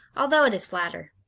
although it is flatter.